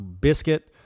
biscuit